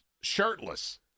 shirtless